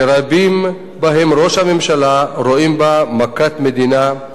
שרבים, ובהם ראש הממשלה, רואים בה מכת מדינה,